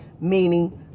Meaning